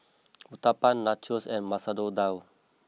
Uthapam Nachos and Masoor Dal